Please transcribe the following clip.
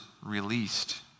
released